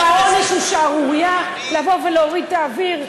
והעונש הוא שערורייה, לבוא ולהוריד את האוויר,